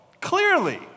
clearly